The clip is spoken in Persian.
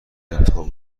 انتخاب